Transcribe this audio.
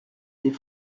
des